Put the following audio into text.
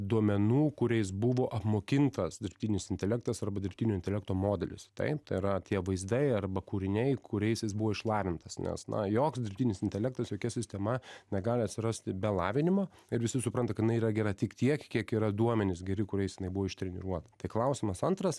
duomenų kuriais buvo apmokintas dirbtinis intelektas arba dirbtinio intelekto modelis taip tai yra tie vaizdai arba kūriniai kuriais jis buvo išlavintas nes na joks dirbtinis intelektas jokia sistema negali atsirasti be lavinimo ir visi supranta kad jinai yra gera tik tiek kiek yra duomenys geri kuriais jinai buvo ištreniruota tai klausimas antras